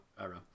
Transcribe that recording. error